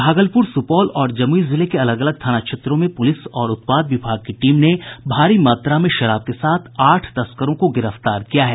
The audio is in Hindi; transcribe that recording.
भागलपुर सुपौल और जमुई जिले के अलग अलग थाना क्षेत्रों में पुलिस और उत्पाद विभाग की टीम ने भारी मात्रा में शराब के साथ आठ तस्करों को गिरफ्तार किया है